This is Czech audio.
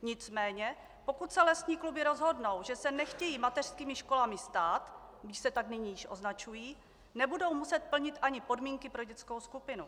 Nicméně pokud se lesní kluby rozhodnou, že se nechtějí mateřskými školami stát, když se tak nyní již označují, nebudou muset plnit ani podmínky pro dětskou skupinu.